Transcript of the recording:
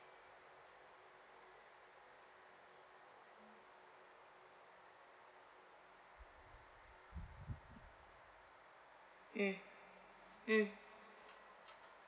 mm mm